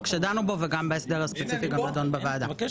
שדנו בו וגם ההסדר הספציפי נדון בוועדה.